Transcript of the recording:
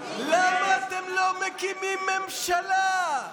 למה אתם לא מקימים ממשלה?